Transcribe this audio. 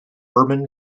urban